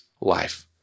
life